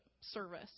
service